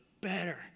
better